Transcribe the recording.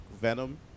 Venom